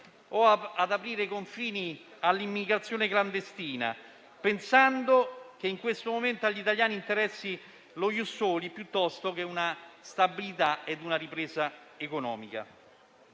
o ad aprire i confini all'immigrazione clandestina, pensando che in questo momento agli italiani interessi lo *ius soli* piuttosto che la stabilità e la ripresa economica.